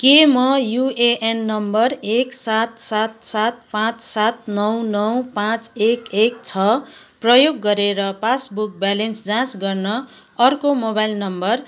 के म UAN number एक सात सात सात पाँच सात नौ नौ पाँच एक एक छ प्रयोग गरेर पासबुक ब्यालेन्स जाँच गर्न अर्को मोबाइल नम्बर